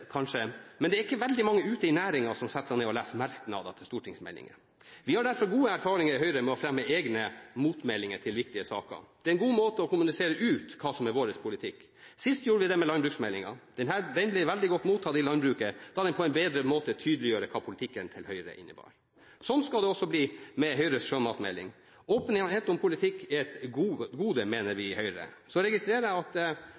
kanskje, men det er ikke veldig mange ute i næringen som setter seg ned og leser merknader til stortingsmeldinger. Vi har derfor gode erfaringer i Høyre med å fremme egne motmeldinger til viktige saker, det er en god måte å kommunisere ut hva som er vår politikk. Sist gjorde vi dette med landbruksmeldingen. Denne ble veldig godt mottatt i landbruket da den på en bedre måte tydeliggjorde hva politikken til Høyre innebar. Slik skal det også bli med Høyres sjømatmelding. Åpenhet om politikk er et gode, mener vi i Høyre. Jeg registrerer at